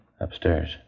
Upstairs